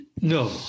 No